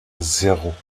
zéro